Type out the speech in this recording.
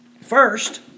First